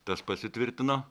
tas pasitvirtino